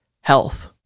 health